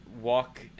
walk